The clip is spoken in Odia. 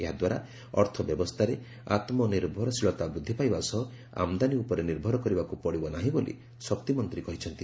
ଏହାଦ୍ୱାରା ଅର୍ଥବ୍ୟବସ୍ଥାରେ ଆତ୍କନିର୍ଭରଶୀଳତା ବୃଦ୍ଧି ପାଇବା ସହ ଆମଦାନୀ ଉପରେ ନିର୍ଭର କରିବାକୁ ପଡ଼ିବ ନାହିଁ ବୋଲି ଶକ୍ତିମନ୍ତ୍ରୀ କହିଛନ୍ତି